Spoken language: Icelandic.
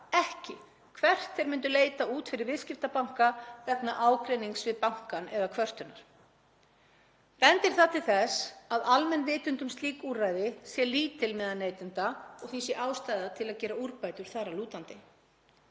ekki hvert þeir myndu leita út fyrir viðskiptabanka vegna ágreinings við bankann eða kvörtunar. Bendir það til þess að almenn vitund um slík úrræði sé lítil meðal neytenda og því sé ástæða til að gera úrbætur þar að lútandi.